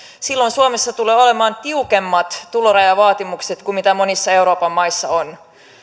silloin suomessa tulee olemaan tiukemmat tulorajavaatimukset kuin monissa euroopan maissa on